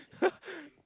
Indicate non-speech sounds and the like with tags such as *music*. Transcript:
*laughs*